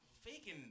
faking